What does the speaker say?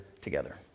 together